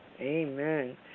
Amen